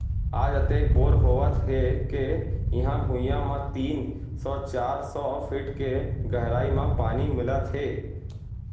आज अतेक बोर होवत हे के इहीं भुइयां म तीन सौ चार सौ फीट के गहरई म पानी मिलत हे